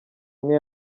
umwe